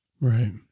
right